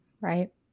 Right